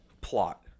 plot